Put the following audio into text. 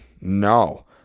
No